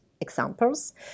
examples